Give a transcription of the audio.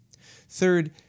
Third